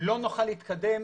לא נוכל להתקדם,